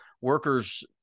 workers